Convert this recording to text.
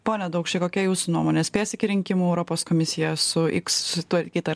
pone daukšy kokia jūsų nuomonė spės iki rinkimų europos komisija su iks sutvarkyt ar